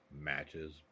matches